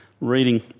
reading